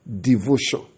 devotion